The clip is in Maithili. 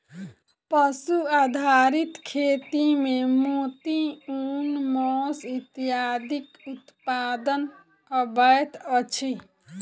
पशु आधारित खेती मे मोती, ऊन, मौस इत्यादिक उत्पादन अबैत अछि